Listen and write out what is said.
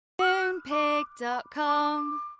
Moonpig.com